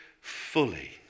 fully